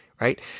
Right